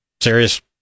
serious